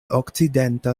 okcidenta